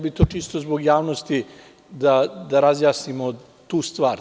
Čisto bih zbog javnosti da razjasnimo tu stvar.